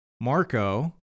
Marco